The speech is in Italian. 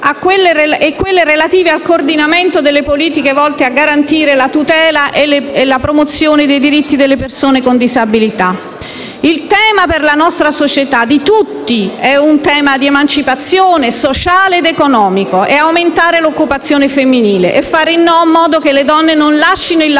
e quelle relative al coordinamento delle politiche volte a garantire la tutela e la promozione dei diritti delle persone con disabilità. Il tema per la nostra società, il tema di tutti, riguarda l'emancipazione sociale ed economica: si tratta di aumentare l'occupazione femminile e fare in modo che le donne non lascino il lavoro